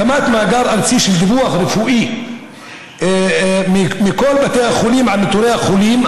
הקמת מאגר ארצי של דיווח רפואי מכל בתי החולים על נתוני החולים,